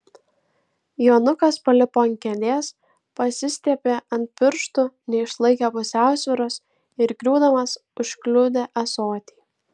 jonukas palipo ant kėdės pasistiepė ant pirštų neišlaikė pusiausvyros ir griūdamas užkliudė ąsotį